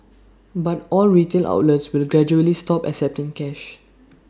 but all retail outlets will gradually stop accepting cash